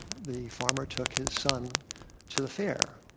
the farmer took his son to the fair,